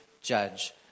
judge